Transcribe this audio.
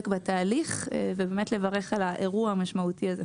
בתהליך ולברך על האירוע המשמעותי הזה.